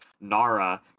Nara